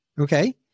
Okay